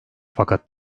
fakat